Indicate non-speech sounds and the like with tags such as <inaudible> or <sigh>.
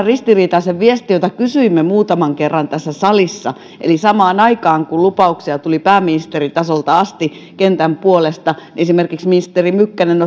<unintelligible> ristiriitaisen viestin josta silloin kysyimme muutaman kerran tässä salissa eli samaan aikaan kun lupauksia tuli pääministeritasolta asti kentän puolesta esimerkiksi ministeri mykkänen <unintelligible>